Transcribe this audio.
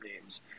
names